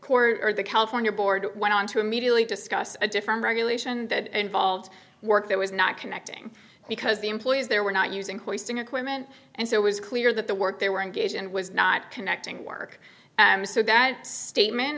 court or the california board went on to immediately discuss a different regulation that involved work that was not connecting because the employees there were not using cloistering equipment and so was clear that the work they were engaged in was not connecting work and so that statement